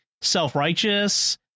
self-righteous